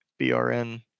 BRN